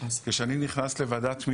ואף אחד לא יצטרך לחפש כדי לראות שהוא גם יודע